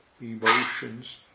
emotions